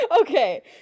Okay